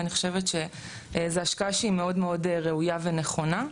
ואני חושבת שזה השקעה שהיא מאוד מאוד ראויה ונכונה.